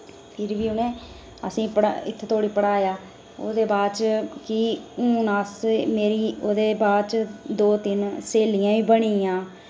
फिर बी उ'नें असें ई इत्थूं धोड़ी पढ़ाया ओह्दे बाच कि हुन अस मेरी ओह्दे बाच दो तिन सहेलियां बी बनियां